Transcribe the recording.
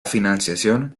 financiación